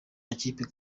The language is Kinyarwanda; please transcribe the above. makipe